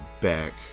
back